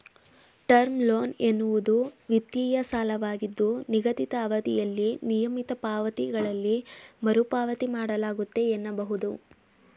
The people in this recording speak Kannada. ಟರ್ಮ್ ಲೋನ್ ಎನ್ನುವುದು ವಿತ್ತೀಯ ಸಾಲವಾಗಿದ್ದು ನಿಗದಿತ ಅವಧಿಯಲ್ಲಿ ನಿಯಮಿತ ಪಾವತಿಗಳಲ್ಲಿ ಮರುಪಾವತಿ ಮಾಡಲಾಗುತ್ತೆ ಎನ್ನಬಹುದು